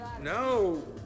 No